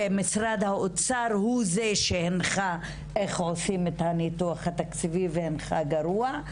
ומשרד האוצר הוא זה שהנחה איך עושים את הניתוח התקציבי והנחה גרוע.